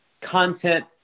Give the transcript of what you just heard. content